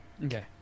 Okay